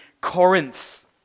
Corinth